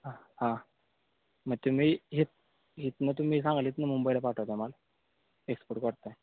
हां हां मग तुम्ही इथं इथून तुम्ही सांगलीतून मुंबईला पाठवता माल एक्सपोर्ट करताय